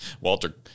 Walter